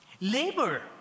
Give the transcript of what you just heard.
Labor